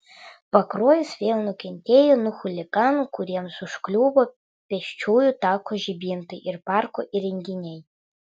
pakruojis vėl nukentėjo nuo chuliganų kuriems užkliuvo pėsčiųjų tako žibintai ir parko įrenginiai